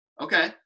Okay